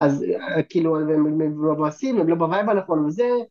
‫אז כאילו הם מבואסים, ‫הם לא בוייב הנכון, וזה...